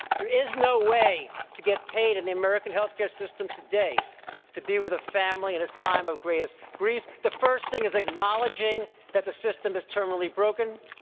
there is no way to get paid in the american health care system today to be with a family in its time of greatest grief. the first thing is acknowledging that the system is terminally broken,